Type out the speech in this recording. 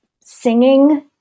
singing